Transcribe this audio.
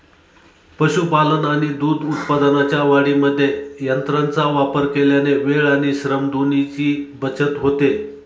पशुपालन आणि दूध उत्पादनाच्या वाढीमध्ये यंत्रांचा वापर केल्याने वेळ आणि श्रम दोन्हीची बचत होते